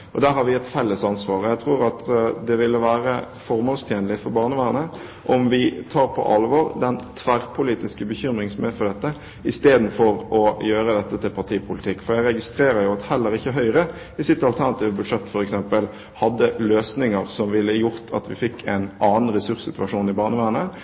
og der har vi et felles ansvar. Jeg tror det ville være formålstjenlig for barnevernet om vi tar på alvor den tverrpolitiske bekymring som er for dette, istedenfor å gjøre dette til partipolitikk, for jeg registrerer jo at heller ikke Høyre i sitt alternative budsjett hadde løsninger som f.eks. ville gjort at vi fikk en annen ressurssituasjon i barnevernet.